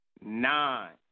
Nine